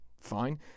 fine